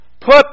Put